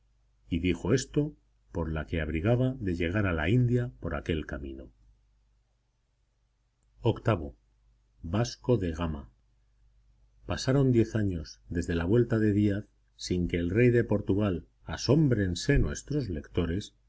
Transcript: y dijo esto por la que abrigaba de llegar a la india por aquel camino viii vasco de gama pasaron diez años desde la vuelta de díaz sin que el rey de portugal asómbrense nuestros lectores